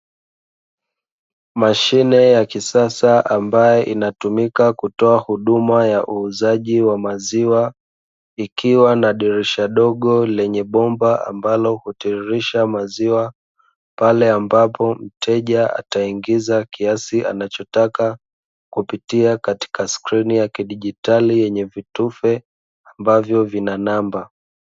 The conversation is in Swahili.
Mashine ya kisasa ambayo inatumika kutoa huduma ya uuzaji wa maziwa, ikiwa na dirisha dogo lenye bomba ambalo hutiririsha maziwa pale ambapo mteja ataingiza kiasi anachotaka kupitia katika skrini ya kidigitali yenye vitufe ambavyo vina namba.